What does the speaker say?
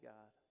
God